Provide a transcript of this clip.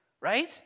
right